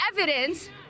evidence